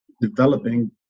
developing